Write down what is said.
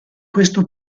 questo